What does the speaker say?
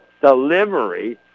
delivery